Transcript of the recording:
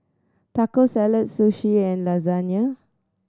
Taco Salad Sushi and Lasagna